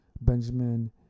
Benjamin